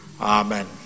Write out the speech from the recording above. Amen